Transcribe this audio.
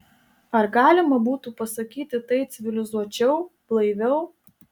ar galima būtų pasakyti tai civilizuočiau blaiviau